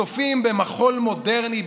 צופים במחול מודרני,